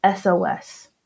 SOS